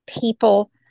people